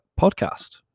podcast